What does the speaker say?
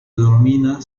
denomina